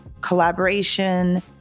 collaboration